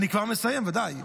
אני כבר מסיים, בוודאי.